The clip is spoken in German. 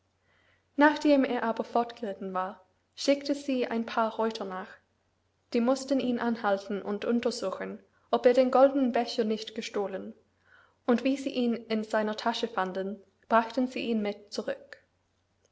nachdem er aber fortgeritten war schickte sie ein paar reuter nach die mußten ihn anhalten und untersuchen ob er den goldenen becher nicht gestohlen und wie sie ihn in seiner tasche fanden brachten sie ihn mit zurück